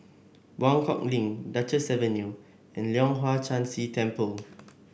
Buangkok Link Duchess Avenue and Leong Hwa Chan Si Temple